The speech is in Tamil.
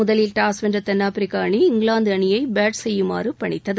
முதலில் டாஸ் வென்ற தென்னாப்பிரிக்க அணி இங்கிலாந்து அணியை பேட் செய்யுமாறு பணித்தது